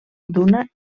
d’una